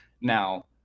Now